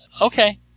Okay